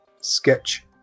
Sketch